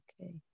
Okay